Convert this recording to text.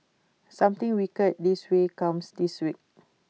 something wicked this way comes this week